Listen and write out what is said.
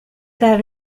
that